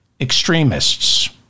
extremists